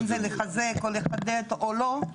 אם זה לחזק או לחדד או לא.